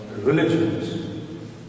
religions